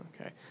Okay